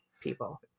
people